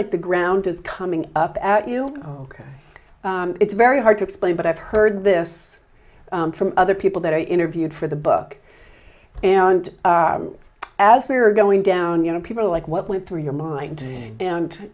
like the ground is coming up at you ok it's very hard to explain but i've heard this from other people that i interviewed for the book and as we're going down you know people are like what went through your mind and